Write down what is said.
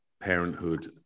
parenthood